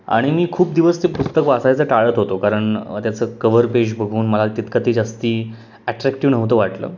आणि मी खूप दिवस ते पुस्तक वाचायचं टाळत होतो कारण त्याचं कव्हरपेज बघून मला तितकं ती जास्त अॅट्रॅक्टीव्ह नव्हतं वाटलं